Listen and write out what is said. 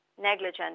negligent